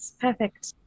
perfect